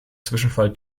zwischenfall